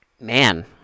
man